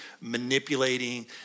manipulating